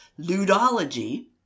Ludology